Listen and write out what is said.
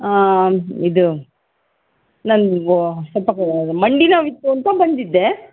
ಇದು ನಂಗೆ ಸ್ವಲ್ಪ ಮಂಡಿ ನೋವಿತ್ತು ಅಂತ ಬಂದಿದ್ದೆ